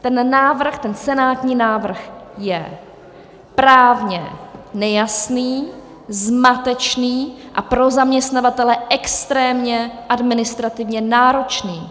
Ten návrh, ten senátní návrh, je právně nejasný, zmatečný a pro zaměstnavatele extrémně administrativně náročný.